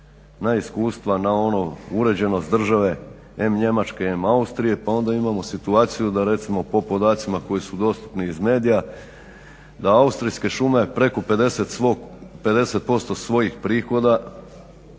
na iskustva, na ono uređenost države, em Njemačke, em Austrije, pa onda imao situaciju da recimo po podacima koji su dostupni iz medija da Austrijske šume preko 50% svojih prihoda